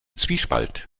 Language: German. zwiespalt